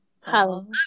Hello